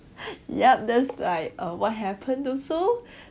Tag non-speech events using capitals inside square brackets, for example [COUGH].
[BREATH] yup that's like um what happened also [BREATH]